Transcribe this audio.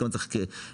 כמה צריך שטח